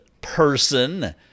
person